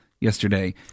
yesterday